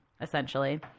essentially